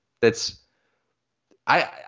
that's—I